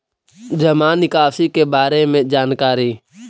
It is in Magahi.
जामा निकासी के बारे में जानकारी?